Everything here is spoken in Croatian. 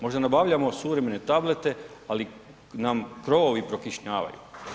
Možda nabavljamo suvremene tablete, ali nam krovovi prokišnjavaju.